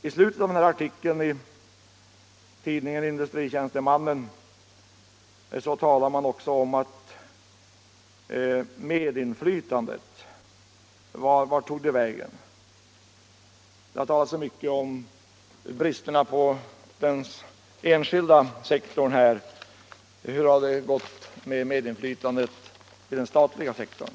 I slutet av den här artikeln i tidningen Industritjänstemannen frågar man sig också vart medinflytandet tog vägen. Det har här talats så mycket om bristerna på den enskilda sektorn. Hur har det gått med medinflytandet inom den statliga sektorn?